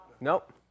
Nope